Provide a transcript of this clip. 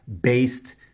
based